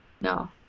No